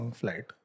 flight